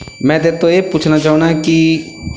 ਮੈਂ ਤੇਰੇ ਤੋਂ ਇਹ ਪੁੱਛਣਾ ਚਾਹੁੰਦਾ ਕਿ